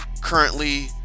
currently